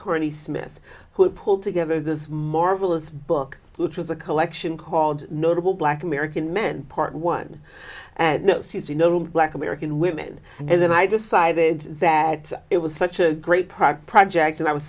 kearney smith who pulled together this marvelous book which is a collection called notable black american men part one and no says you know black american women and then i decided that it was such a great product project and i was